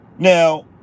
Now